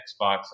Xbox